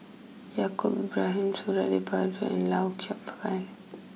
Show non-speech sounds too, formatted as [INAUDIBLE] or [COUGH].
Yaacob Ibrahim Suradi Parjo and Lau Chiap [UNINTELLIGIBLE] Khai